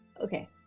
Okay